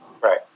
right